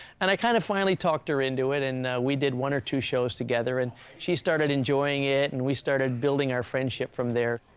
and i kind of finally talked her into it and we did one or two shows together and she started enjoying it and we started building our friendship from there.